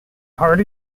harder